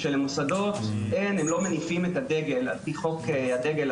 שהמוסדות לא מניפים את הדגל על פי חוק הדגל,